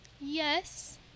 yes